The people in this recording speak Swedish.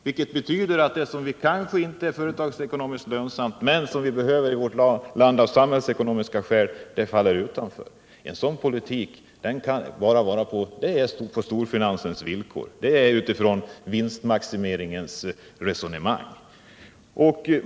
Detta betyder att sådant som kanske inte är företagsekonomiskt lönsamt, men som vi behöver i vårt land av samhällsekonomiska skäl, faller utanför. En sådan politik är enbart på storfinansens villkor. Den utgår från vinstmaximeringsresonemang.